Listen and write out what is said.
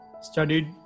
studied